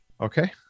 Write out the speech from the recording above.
Okay